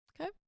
Okay